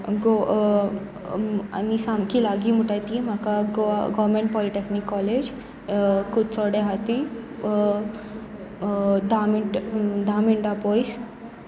गो आनी सामकी लागीं म्हणटात ती म्हाका Goa government polytechnic college Kudchade आसा ती धा मिनटां धा मिनटां पयस